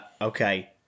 okay